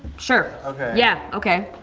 sure. okay. yeah. okay.